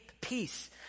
Peace